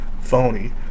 Phony